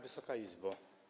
Wysoka Izbo!